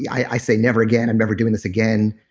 i say never again. i'm never doing this again.